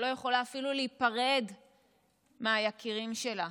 שלא יכולה אפילו להיפרד מהיקירים שלה.